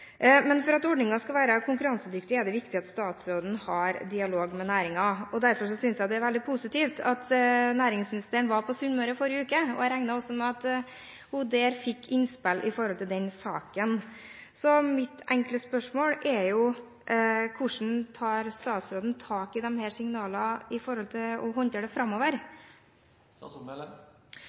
For at ordninger skal være konkurransedyktige, er det viktig at statsråden har dialog med næringen. Derfor synes jeg det er veldig positivt at næringsministeren var på Sunnmøre forrige uke. Jeg regner også med at hun der fikk innspill når det gjelder denne saken. Mitt enkle spørsmål er: Hvordan tar statsråden tak i disse signalene med hensyn til å håndtere dette framover?